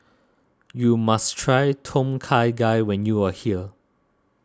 you must try Tom Kha Gai when you are here